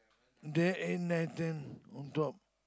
there in listen or drop